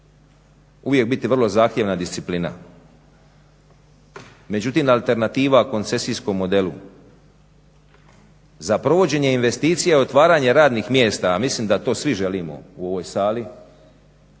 uvijek biti vrlo zahtjevna disciplina. Međutim, alternativa u koncesijskom modelu za provođenje investicija, otvaranje radnih mjesta, a mislim da to svi želimo u ovoj sali,